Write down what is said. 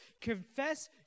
Confess